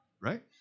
right